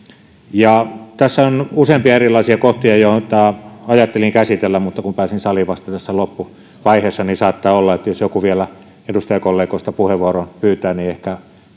tässä on useampia erilaisia kohtia joita ajattelin käsitellä mutta kun pääsin saliin vasta tässä loppuvaiheessa niin saattaa olla että jos joku vielä edustajakollegoista puheenvuoron pyytää niin ehkä